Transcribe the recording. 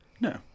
No